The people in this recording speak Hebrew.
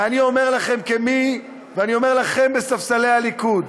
ואני אומר לכם בספסלי הליכוד,